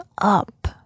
up